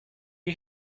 you